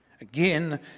Again